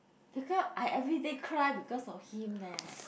become I everyday cry because of him leh